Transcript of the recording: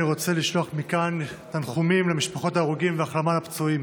אני רוצה לשלוח מכאן תנחומים למשפחות ההרוגים והחלמה לפצועים.